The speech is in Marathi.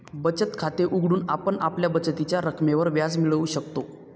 बचत खाते उघडून आपण आपल्या बचतीच्या रकमेवर व्याज मिळवू शकतो